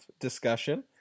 discussion